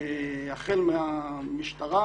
החל מהמשטרה,